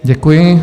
Děkuji.